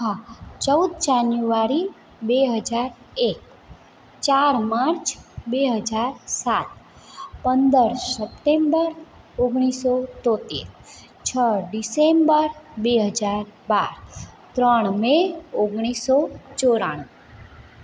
હા ચૌદ જાન્યુઆરી બે હજાર એક ચાર માર્ચ બે હજાર સાત પંદર સપ્ટેમ્બર ઓગણીસ સો તોંતેર છ ડિસેમ્બર બે હજાર બાર ત્રણ મે ઓગણીસ સો ચોરાણું